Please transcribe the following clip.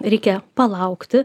reikia palaukti